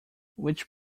which